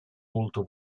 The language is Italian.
molto